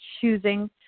choosing